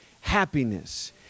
happiness